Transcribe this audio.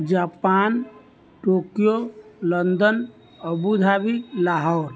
Japan Tokyo London Abu Dhabi Lahore